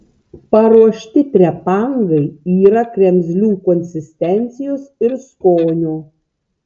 paruošti trepangai yra kremzlių konsistencijos ir skonio